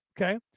Okay